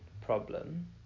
problem